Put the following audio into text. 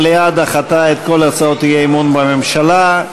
המליאה דחתה את כל הצעות האי-אמון בממשלה.